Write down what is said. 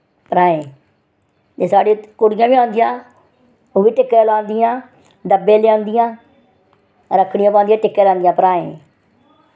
भ्राएं ते साढ़ी कुड़ियां बी औंदियां ओह् बी टिक्के लांदियां डब्बे लेओंदियां रक्खड़ियां पोआंदियां टिक्के लांदियां भ्राएं